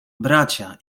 bracia